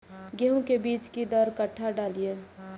गेंहू के बीज कि दर कट्ठा डालिए?